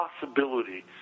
possibility